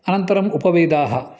अनन्तरम् उपवेदाः